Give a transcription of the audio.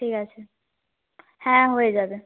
ঠিক আছে হ্যাঁ হয়ে যাবে